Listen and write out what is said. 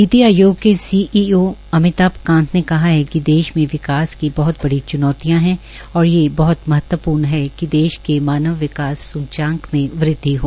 नीति आयोग के सीईओ अमिताभ कांत ने कहा है कि देश में विकास की बहत च्नौतियां है और ये बहत महत्वपूर्ण है कि देश के मानव विकास सूचांक में वृद्वि हो